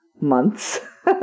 months